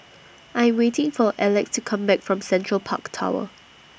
I'm waiting For Elex to Come Back from Central Park Tower